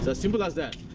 so simple as that.